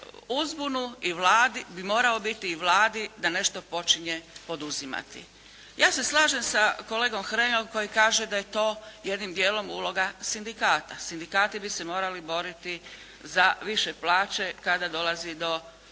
uzbunu i Vladi bi morao biti, Vladi da nešto počinje poduzimati. Ja se slažem sa kolegom Hreljom koji kaže da je to jednim dijelom uloga sindikata. Sindikati bi se morali boriti za više plaće kada dolazi do